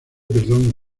perdón